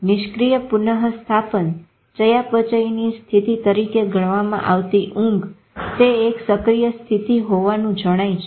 નિષ્ક્રિય પુનઃસ્થાપન ચયાપચયની સ્થિતિ તરીકે ગણવામાં આવતી ઊંઘ તે એક સક્રિય સ્થિતિ હોવાનું જણાય છે